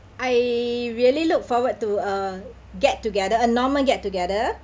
I really look forward to a get together a normal get together